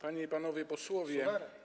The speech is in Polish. Panie i Panowie Posłowie!